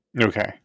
Okay